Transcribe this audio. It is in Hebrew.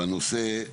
והנושא הוא